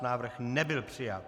Návrh nebyl přijat.